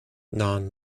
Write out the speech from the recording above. non